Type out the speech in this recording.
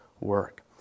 work